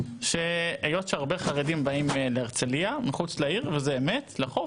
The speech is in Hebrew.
שהיות שהרבה חרדים מגיעים להרצליה מחוץ לעיר אל החוף,